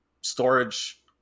storage